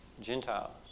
Gentiles